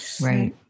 Right